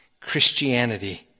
Christianity